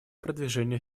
продвижения